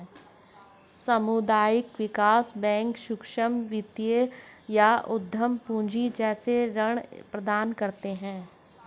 सामुदायिक विकास बैंक सूक्ष्म वित्त या उद्धम पूँजी जैसे ऋण प्रदान करते है